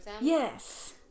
yes